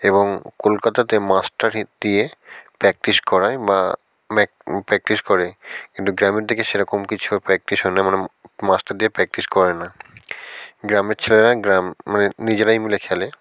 এবং কলকাতাতে মাস্টার দিয়ে প্র্যাকটিস করায় বা প্র্যাকটিস করে কিন্তু গ্রামের দিকে সেরকম কিছু প্র্যাকটিস হলে মানে মাস্টার দিয়ে প্র্যাকটিস করে না গ্রামের ছেলেরা গ্রাম মানে নিজেরাই মিলে খেলে